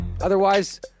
Otherwise